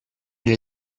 alle